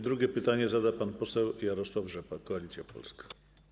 Drugie pytanie zada pan poseł Jarosław Rzepa, Koalicja Polska.